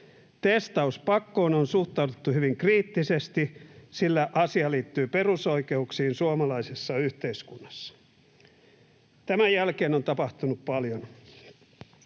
”Testauspakkoon on suhtauduttu hyvin kriittisesti, sillä asia liittyy perusoikeuksiin suomalaisessa yhteiskunnassa.” Tämän jälkeen on tapahtunut paljon.